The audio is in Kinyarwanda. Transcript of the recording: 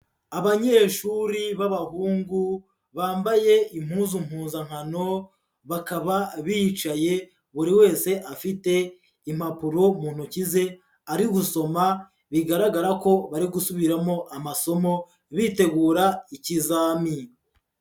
Abanyeshuri b'abahungu bambaye impuzu mpuzankano, bakaba bicaye buri wese afite impapuro mu ntoki ze ari gusoma bigaragara ko bari gusubiramo amasomo bitegura ikizami.